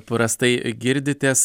prastai girditės